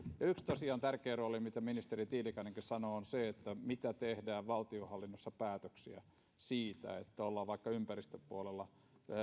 yksi tärkeä rooli kuten ministeri tiilikainenkin sanoi on tosiaan sillä mitä päätöksiä tehdään valtionhallinnossa vaikka siitä että mennään ympäristöpuolella